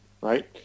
right